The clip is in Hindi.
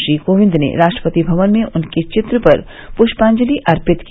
श्री कोविंद ने राष्ट्रपति भवन में उनके चित्र पर पुष्पांजलि अर्पित की